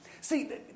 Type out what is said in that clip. see